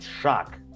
shock